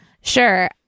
Sure